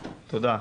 תודה.